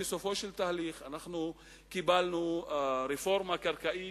בסופו של תהליך קיבלנו רפורמה קרקעית